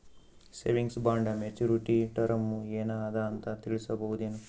Savings bond maturity term ಏನ ಅದ ಅಂತ ತಿಳಸಬಹುದೇನು?